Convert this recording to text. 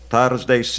Thursday